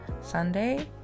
Sunday